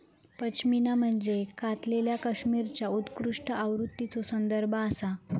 पश्मिना म्हणजे कातलेल्या कश्मीरीच्या उत्कृष्ट आवृत्तीचो संदर्भ आसा